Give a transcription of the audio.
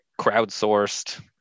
crowdsourced